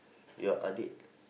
your adik